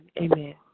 amen